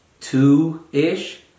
two-ish